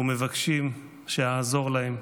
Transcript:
ומבקשים ממני לעזור להם".